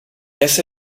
ese